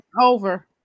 Over